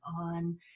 on